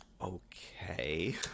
okay